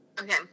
okay